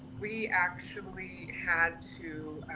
we actually had to,